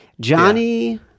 Johnny